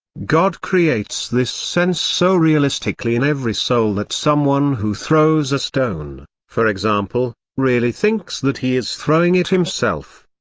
god creates this sense so realistically in every soul that someone who throws a stone, for example, really thinks that he is throwing it himself.